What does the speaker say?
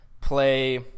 play